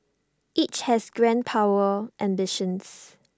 each has grand power ambitions